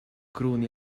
cruni